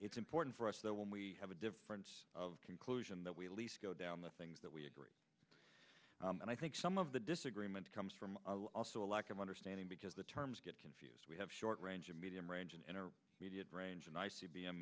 it's important for us that when we have a difference of conclusion that we least go down the things that we agree and i think some of the disagreement comes from also a lack of understanding because the terms get confused we have short range medium range and in our immediate range and i